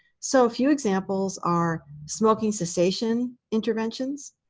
so a few examples are smoking cessation interventions,